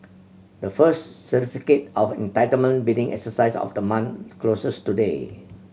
the first Certificate of Entitlement bidding exercise of the month closes today